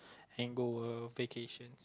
and go uh vacation